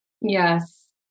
Yes